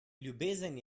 ljubezen